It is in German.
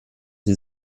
sie